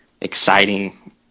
exciting